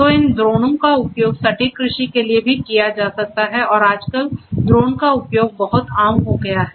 तो इन ड्रोनों का उपयोग सटीक कृषि के लिए भी किया जा सकता है और आजकल ड्रोन का उपयोग बहुत आम हो गया है